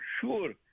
sure